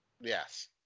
Yes